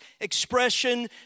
expression